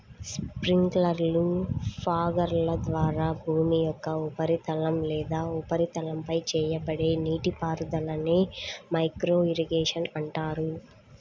స్ప్రింక్లర్లు, ఫాగర్ల ద్వారా భూమి యొక్క ఉపరితలం లేదా ఉపరితలంపై చేయబడే నీటిపారుదలనే మైక్రో ఇరిగేషన్ అంటారు